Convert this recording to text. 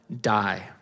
die